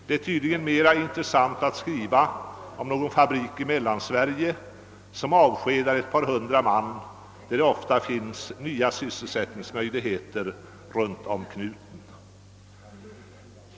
Det är tydligen mera intressant att skriva om en fabrik i Mellansverige som avskedar ett par hundra man, där det ofta finns nya <sysselsättningsmöjligheter runt om knuten.